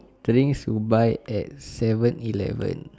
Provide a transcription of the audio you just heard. drinks to buy at seven eleven